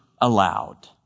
allowed